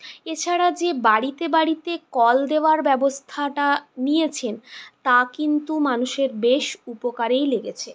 এছাড়া যে বাড়িতে বাড়িতে কল দেওয়ার ব্যবস্থাটা নিয়েছেন তা কিন্তু মানুষের বেশ উপকারেই লেগেছে